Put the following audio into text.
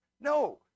No